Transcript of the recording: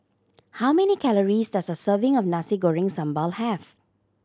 how many calories does a serving of Nasi Goreng Sambal have